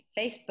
Facebook